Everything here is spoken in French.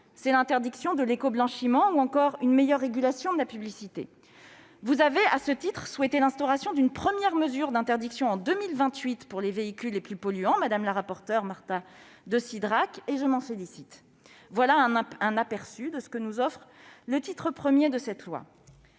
c'est l'interdiction de l'écoblanchiment, ou encore une meilleure régulation de la publicité. Vous avez, à ce titre, souhaité l'instauration d'une première mesure d'interdiction des véhicules les plus polluants en 2028, madame la rapporteure Marta de Cidrac, et je m'en félicite. Voilà un aperçu de ce que nous offre le titre I de ce texte.